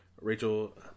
Rachel